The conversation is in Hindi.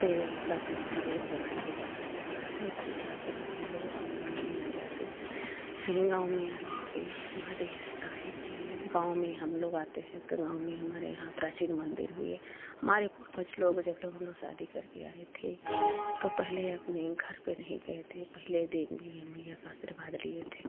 पर ताकि महावीर के नाम से जाना जाता है उसके बाद हम लोग अपने गाँव में आ जाते हैं गाँव में आने के बाद यही लगता है कि गाँव में हम लोग आते हैं तो गाँव में हमारे यहाँ प्राचीन मंदिर भी है हमारे पूर्वज लोग जब लोग हम लोग शादी करके आए थे तो पहले अपने घर पर नहीं गए थे पहले देवी मैया का आशीर्वाद लिए थे